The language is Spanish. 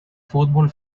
fútbol